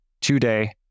today